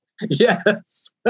Yes